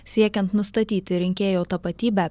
siekiant nustatyti rinkėjo tapatybę